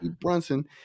Brunson